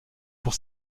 pour